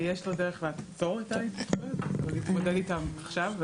ויש לו דרך לעצור את ההתפתחויות או להתמודד איתם עכשיו?